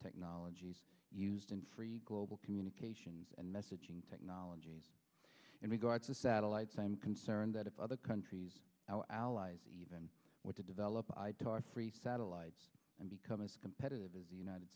technologies used in free global communication and messaging technology in regards to satellites i'm concerned that if other countries our allies even want to develop i talk free satellites and become as competitive as the united